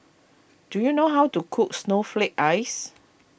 do you know how to cook Snowflake Ice